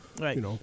Right